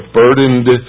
burdened